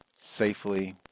Safely